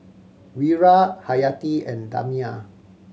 Wira Hayati and Damia